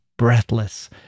Breathless